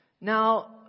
Now